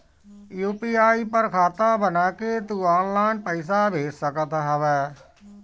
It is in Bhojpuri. यू.पी.आई पर खाता बना के तू ऑनलाइन पईसा भेज सकत हवअ